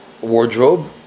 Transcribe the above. wardrobe